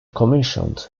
commissioned